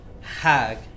hag